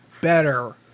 better